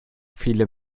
viele